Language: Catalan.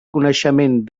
coneixement